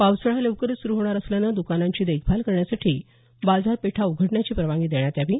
पावसाळा लवकरच सुरू होणार असल्यानं दुकानांची देखभाल करण्यासाठी बाजारपेठा उघडण्याची परवानगी देण्यात यावी